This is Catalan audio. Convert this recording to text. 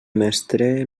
mestre